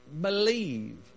believe